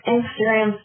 Instagram